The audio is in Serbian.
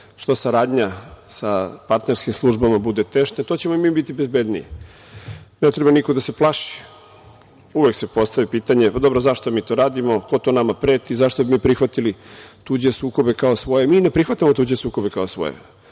što saradnja sa partnerskim službama bude teška, to ćemo i mi biti bezbedniji. Ne treba niko da se plaši. Uvek se postavlja pitanje zašto mi to radimo, ko to nama preti, zašto bi mi prihvatili tuđe sukobe kao svoje? Mi ne prihvatamo tuđe sukobe kao svoje.